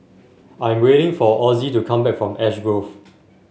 I am waiting for Ozzie to come back from Ash Grove